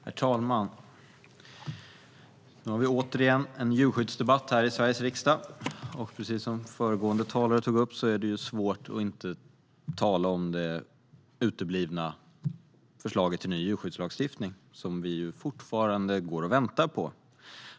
Herr talman! Nu har vi återigen en djurskyddsdebatt i Sveriges riksdag, och precis som föregående talare tog upp är det svårt att inte tala om det uteblivna föreslaget till ny djurskyddslagstiftning. Vi väntar fortfarande.